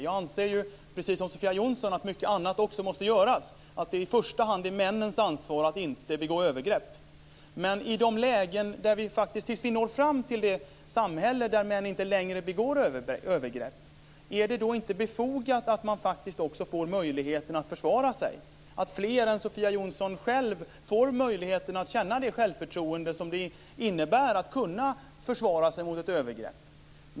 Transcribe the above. Jag anser precis som Sofia Jonsson att också mycket annat måste göras. Det är i första hand männens ansvar att inte begå övergrepp. Men tills vi når fram till det samhälle där män inte längre begår övergrepp, är det då inte befogat att kvinnor faktiskt får möjligheten att försvara sig, att fler än Sofia Jonsson själv får möjligheten att känna det självförtroende som det innebär att kunna försvara sig mot ett övergrepp?